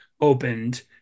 opened